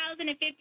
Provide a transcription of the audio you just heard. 2015